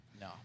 No